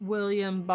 William